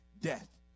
death